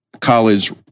college